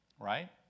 Right